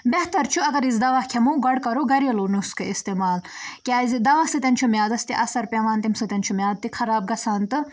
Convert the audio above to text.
بہتر چھُ اگر أسۍ دوا کھٮ۪مو گۄڈٕ کَرو گَریلو نُسخہٕ اِستعمال کیٛازِ دوا سۭتٮ۪ن چھُ میادَس تہِ اَثر پٮ۪وان تَمہِ سۭتٮ۪ن چھُ میاد تہِ خراب گژھان تہٕ